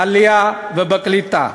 בעלייה ובקליטה.